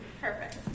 Perfect